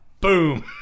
Boom